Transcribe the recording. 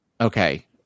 Okay